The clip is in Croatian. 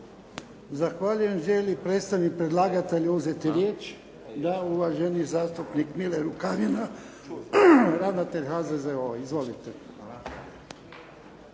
Zahvaljujem. Želi li predstavnik predlagatelja uzeti riječ? Da. Uvaženi zastupnik Mile Rukavina, ravnatelj HZZO-a. Izvolite.